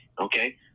okay